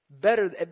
Better